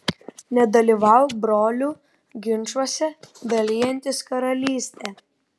nedalyvauk brolių ginčuose dalijantis karalystę